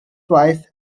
wife